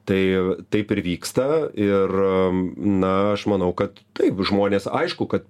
tai taip ir vyksta ir na aš manau kad taip žmonės aišku kad